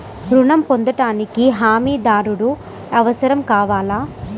ఋణం పొందటానికి హమీదారుడు అవసరం కావాలా?